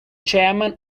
chairman